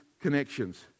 connections